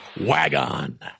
Wagon